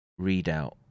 readout